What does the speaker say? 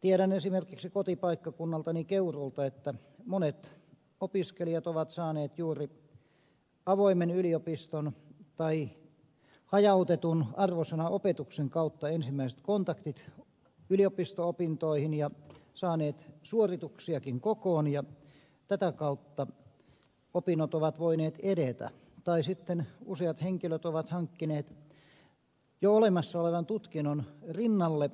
tiedän esimerkiksi kotipaikkakunnaltani keuruulta että monet opiskelijat ovat saaneet juuri avoimen yliopiston tai hajautetun arvosanaopetuksen kautta ensimmäiset kontaktit yliopisto opintoihin ja saaneet suorituksiakin kokoon ja tätä kautta opinnot ovat voineet edetä tai sitten useat henkilöt ovat hankkineet jo olemassa olevan tutkinnon rinnalle